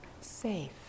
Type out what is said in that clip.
safe